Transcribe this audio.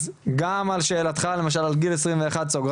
אז גם על שאלתך על גיל 21 למשל,